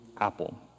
Apple